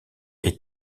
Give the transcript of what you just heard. est